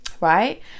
right